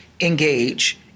engage